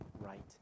right